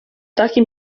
takim